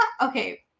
okay